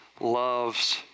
loves